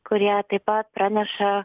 kurie taip pat praneša